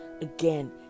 again